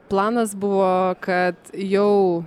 planas buvo kad jau